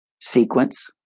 sequence